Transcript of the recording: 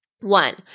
one